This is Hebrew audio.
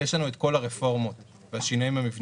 יש לנו את כל הרפורמות והשינויים המבניים,